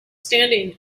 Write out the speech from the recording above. standing